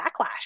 backlash